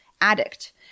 addict